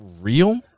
real